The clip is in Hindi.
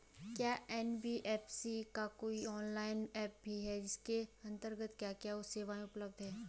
क्या एन.बी.एफ.सी का कोई ऑनलाइन ऐप भी है इसके अन्तर्गत क्या क्या सेवाएँ उपलब्ध हैं?